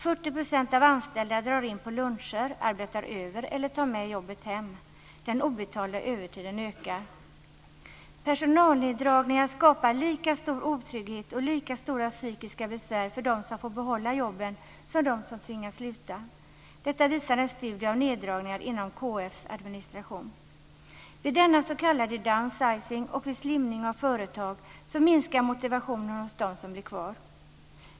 40 % av de anställda drar in på luncher, arbetar över eller tar med jobbet hem. Personalneddragningar skapar lika stor otrygghet och lika stora psykiska besvär för dem som får behålla jobbet som för dem som tvingas sluta. Detta visar en studie av neddragningar inom KF:s administration. Vid denna s.k. downsizing och vid slimning av företag minskar motivationen hos dem som blir kvar.